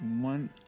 One